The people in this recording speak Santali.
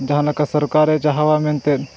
ᱡᱟᱦᱟᱸ ᱞᱮᱠᱟ ᱥᱚᱨᱠᱟᱨᱮ ᱪᱟᱦᱟᱣᱟ ᱢᱮᱱᱛᱮᱫ